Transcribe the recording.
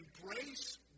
embrace